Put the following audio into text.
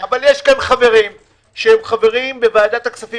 אבל יש פה חברים שהם חברים בוועדת הכספים